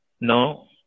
no